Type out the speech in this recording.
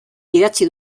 idatzi